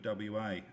WA